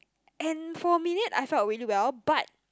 and for a minute I felt really well but